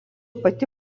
pati